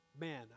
man